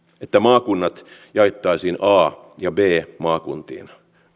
että maakunnat jaettaisiin a ja b maakuntiin